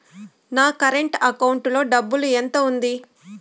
నా current account లో డబ్బులు ఎంత ఉంది?